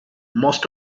most